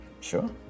Sure